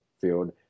field